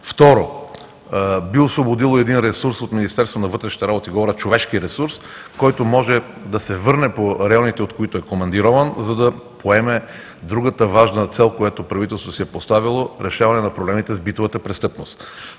Второ, би освободило един ресурс от Министерството на вътрешните работи – говоря човешки ресурс, който може да се върне по районите, от които е командирован, за да поеме другата важна цел, която правителството си е поставило – решаване на проблемите с битовата престъпност.